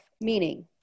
Meaning